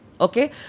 Okay